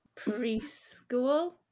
preschool